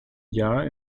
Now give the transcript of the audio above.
jahr